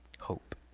Hope